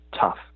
tough